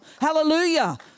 Hallelujah